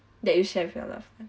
that you share your loved ones